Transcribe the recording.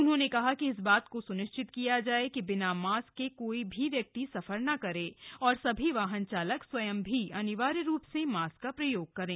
उन्होंने कहा कि इस बात को सुनिश्चित किया जाए कि बिना मास्क के कोई भी व्यक्ति सफर न करे और सभी वाहन चालक स्वयं भी अनिवार्य रूप से मास्क का प्रयोग करें